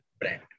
brand